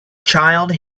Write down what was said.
child